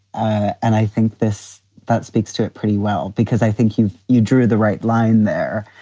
and i think this that speaks to it pretty well, because i think you you drew the right line there.